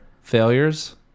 failures